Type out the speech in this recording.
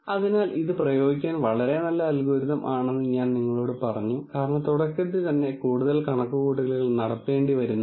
അതിനാൽ ഇത് പ്രയോഗിക്കാൻ വളരെ നല്ല അൽഗോരിതം ആണെന്ന് ഞാൻ നിങ്ങളോട് പറഞ്ഞു കാരണം തുടക്കത്തിൽ തന്നെ കൂടുതൽ കണക്കുകൂട്ടലുകൾ നടത്തേണ്ടി വന്നില്ല